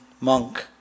monk